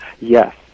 yes